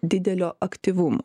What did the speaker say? didelio aktyvumo